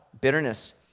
bitterness